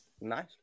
nice